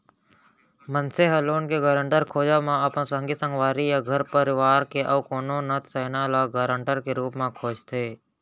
मनसे ह लोन के गारेंटर खोजब म अपन संगी संगवारी या घर परवार के अउ कोनो नत सैना ल गारंटर के रुप म खोजथे